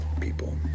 people